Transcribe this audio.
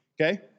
Okay